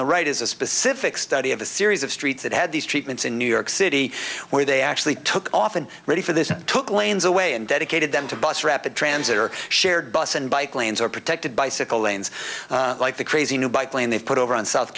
the right is a specific study of a series of streets that had these treatments in new york city where they actually took off and ready for this and took lanes away and dedicated them to bus rapid transit or shared bus and bike lanes or protected bicycle lanes like the crazy new bike lane they've put over on south